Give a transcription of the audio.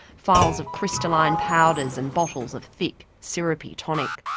phials of crystalline powders and bottles of thick syrupy tonic.